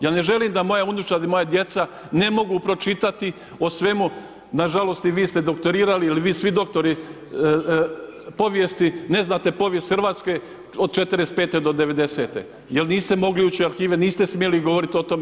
Ja ne želim da moja unučad i moja djeca ne mogu pročitati o svemu, na žalost i vi ste doktorirali ili vi svi doktori povijesti ne znate povijest Hrvatske od 45. do 90. jer niste mogli ući u arhive, niste smjeli govoriti u tome.